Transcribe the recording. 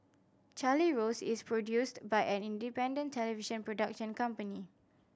Charlie Rose is produced by an independent television production company